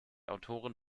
autorin